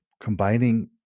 combining